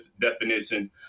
definition